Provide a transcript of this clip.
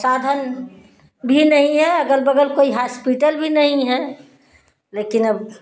साधन भी नहीं है अगल बगल कोई हॉस्पिटल भी नहीं है लेकिन अब